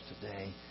today